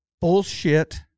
bullshit